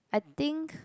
I think